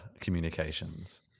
communications